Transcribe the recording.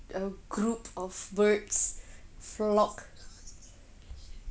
a group of birds flock